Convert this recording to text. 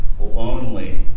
lonely